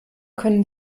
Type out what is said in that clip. können